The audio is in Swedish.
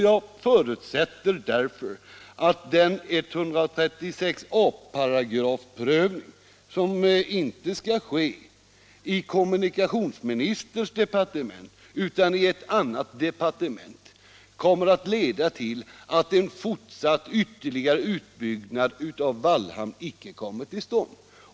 Jag förutsätter därför att prövningen enligt 136 a §, som inte skall ske i kommunikationsministerns departement utan i ett annat departement, leder till att en fortsatt ytterligare utbyggnad av Wallhamn icke kommer till stånd.